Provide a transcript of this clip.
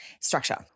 structure